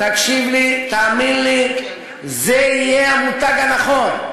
תקשיב לי, תאמין לי, זה יהיה המותג הנכון.